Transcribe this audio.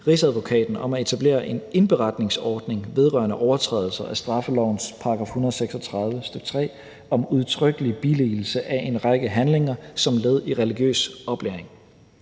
Rigsadvokaten om at etablere en indberetningsordning vedrørende overtrædelser af straffelovens § 236, stk. 3, om udtrykkelig billigelse af en række handlinger som led i religiøs oplæring.